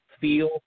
feel